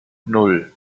nan